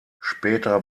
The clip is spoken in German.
später